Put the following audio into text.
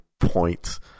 point